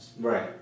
right